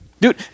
dude